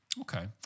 Okay